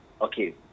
okay